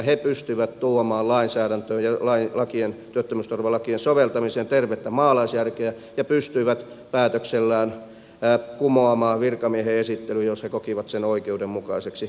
he pystyivät tuomaan lainsäädäntöön ja työttömyysturvalakien soveltamiseen tervettä maalaisjärkeä ja päätöksellään kumoamaan virkamiehen esittelyn jos he kokivat sen oikeudenmukaiseksi